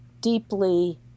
deeply